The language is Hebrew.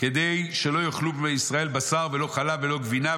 כדי שלא יאכלו בני ישראל בשר ולא חלב ולא גבינה,